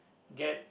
get